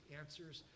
answers